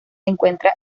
encuentra